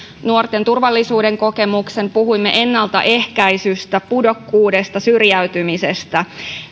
nuorten turvallisuudenkokemuksen puhuimme ennaltaehkäisystä pudokkuudesta syrjäytymisestä